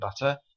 butter